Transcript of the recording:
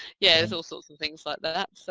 yeah so sorts of things like that,